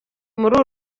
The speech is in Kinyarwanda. muri